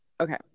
okay